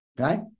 Okay